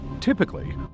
Typically